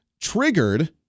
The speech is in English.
triggered